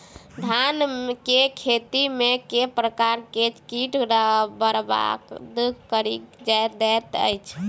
धान केँ खेती मे केँ प्रकार केँ कीट बरबाद कड़ी दैत अछि?